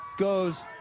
goes